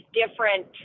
different